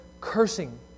cursing